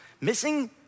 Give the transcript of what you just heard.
missing